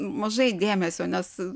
mažai dėmesio nes